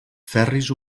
ferris